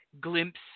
glimpse